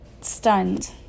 stunned